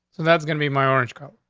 and that's gonna be my orange coat.